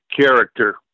character